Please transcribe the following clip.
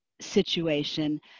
situation